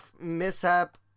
mishap